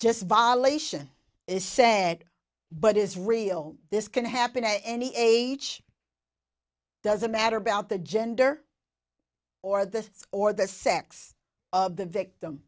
just violation is said but is real this can happen at any age doesn't matter about the gender or the or the sex of the victim